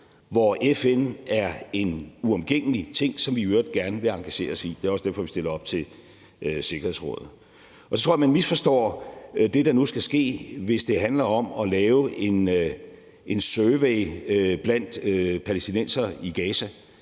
hvor FN er en uomgængelig ting, som vi i øvrigt gerne vil engagere os i. Det er også derfor, at vi stiller op til Sikkerhedsrådet. Så tror jeg, at man misforstår det, der nu skal ske, hvis det handler om at lave en survey blandt palæstinensere i Gaza;